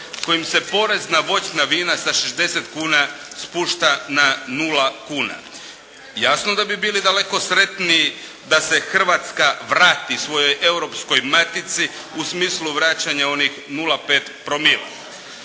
kojim se porez na voćna vina sa 60 kuna spušta na 0 kuna. Jasno da bi bili daleko sretniji da se Hrvatska vrati svojoj europskoj matici u smislu vraćanja onih 0,5promila.